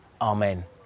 amen